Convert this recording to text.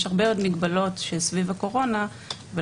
יש הרבה מגבלות סביב הקורונה.